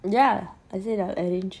ya I said I'll arrange